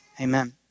Amen